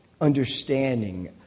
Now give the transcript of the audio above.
understanding